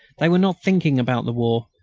they were not thinking about the war,